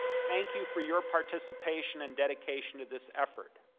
thank you for your participation and dedication of this effort.